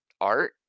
art